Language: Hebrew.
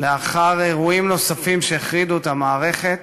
לאחר אירועים נוספים שהחרידו את המערכת,